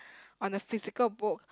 on a physical boat